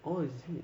oh is it